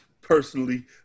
personally